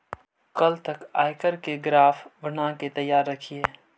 कल तक आयकर के ग्राफ बनाके तैयार रखिहें